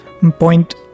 point